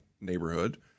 neighborhood